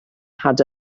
had